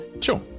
sure